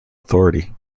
authority